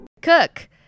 Cook